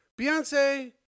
Beyonce